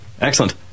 excellent